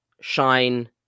shine